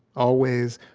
always,